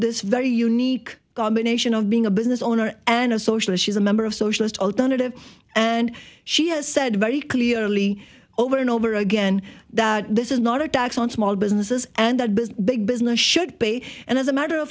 this very unique combination of being a business owner and a socialist she's a member of socialist alternative and she has said very clearly over and over again that this is not a tax on small businesses and that business big business should pay and as a matter of